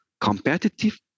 competitive